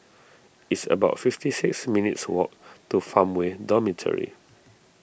it's about fifty six minutes' walk to Farmway Dormitory